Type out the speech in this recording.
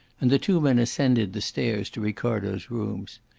and the two men ascended the stairs to ricardo's rooms.